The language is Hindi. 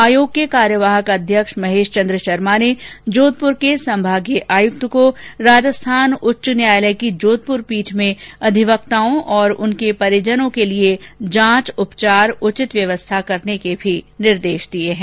आयोग के कार्यवाहक अध्यक्ष महेश चंद्र शर्मा ने जोधपुर के संभागीय आयुक्त को राजस्थान उच्च न्यायालय की जोधपुर पीठ में अधिवक्ताओं और उनके परिजनों के लिए जांच उपचार उचित व्यवस्था करने के भी निर्देश दिये हैं